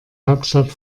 hauptstadt